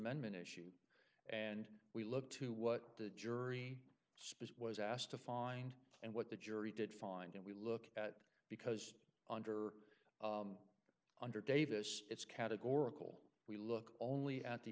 amendment issue and we look to what the jury speech was asked to find and what the jury did find and we look at because under under davis it's categorical we look only at the